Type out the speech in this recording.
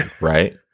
right